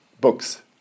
books